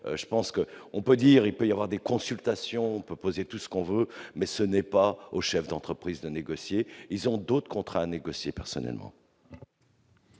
je pense que on peut dire, il peut y avoir des consultations peut poser tout ce qu'on veut mais ce n'est pas aux chefs d'entreprise de négocier, ils ont d'autres contrats négociés personnellement.